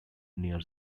near